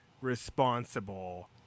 responsible